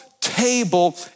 table